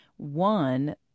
One